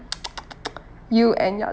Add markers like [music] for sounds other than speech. [noise] you and your